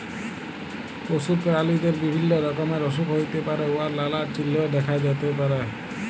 পশু পেরালিদের বিভিল্য রকমের অসুখ হ্যইতে পারে উয়ার লালা চিল্হ দ্যাখা যাতে পারে